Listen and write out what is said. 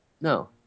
No